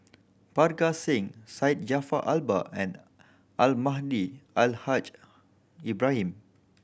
Parga Singh Syed Jaafar Albar and Almahdi Al Haj Ibrahim